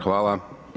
Hvala.